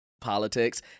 politics